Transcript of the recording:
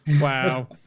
Wow